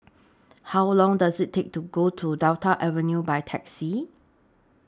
How Long Does IT Take to get to Delta Avenue By Taxi